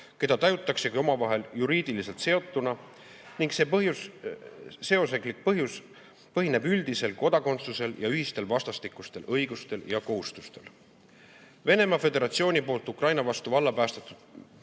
keda tajutakse omavahel juriidiliselt seotuna ning see seoslik põhjus põhineb üldisel kodakondsusel ja üldistel vastastikustel õigustel ja kohustustel. Venemaa Föderatsiooni poolt Ukraina vastu vallapäästetud